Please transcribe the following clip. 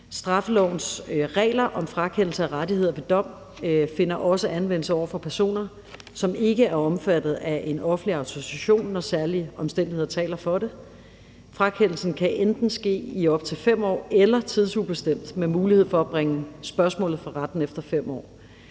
Straffelovens regler om frakendelse af rettigheder ved dom finder også anvendelse over for personer, som ikke er omfattet af en offentlig autorisation, når særlige omstændigheder taler for det. Frakendelsen kan enten ske i op til 5 år eller tidsubestemt med en mulighed for at bringe spørgsmålet for retten efter 5 år.